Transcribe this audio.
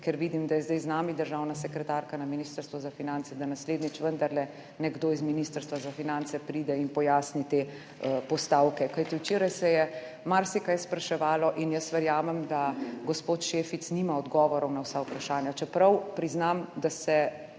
ker vidim, da je zdaj z nami državna sekretarka na Ministrstvu za finance, da naslednjič vendarle nekdo iz Ministrstva za finance pride in pojasni te postavke. Kajti včeraj se je marsikaj spraševalo in jaz verjamem, da gospo Šefic nima odgovorov na vsa vprašanja, čeprav priznam, da se